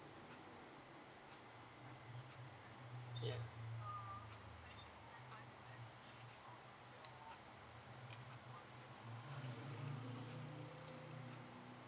yeah